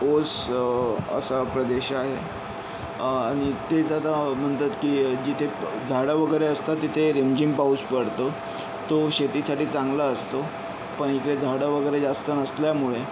ओस असा प्रदेश आहे आणि तेच आता म्हणतात की जिथे झाडं वगैरे असतात तिथे रिमझिम पाऊस पडतो तो शेतीसाठी चांगला असतो पण इकडे झाडं वगैरे जास्त नसल्यामुळे